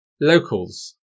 Locals